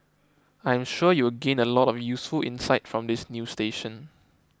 I am sure you will gain a lot of useful insights from this new station